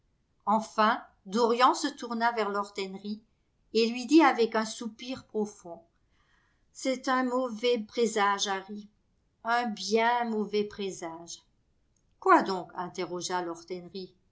enfin dorian se tourna vers lord henry et lui dit avec un soupir profond c'est un mauvais présage harry un bien mauvais présage quoi donc interrogea